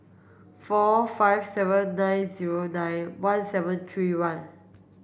four five seven nine zero nine one seven three one